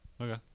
Okay